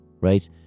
right